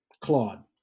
Claude